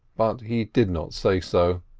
but he did not say so.